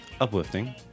uplifting